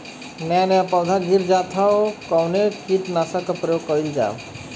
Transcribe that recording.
नया नया पौधा गिर जात हव कवने कीट नाशक क प्रयोग कइल जाव?